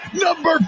number